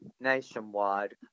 nationwide